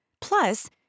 Plus